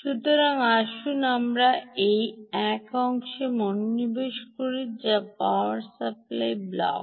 সুতরাং আসুন আমরা এই এক অংশে মনোনিবেশ করি যা পাওয়ার সাপ্লাই ব্লক